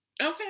Okay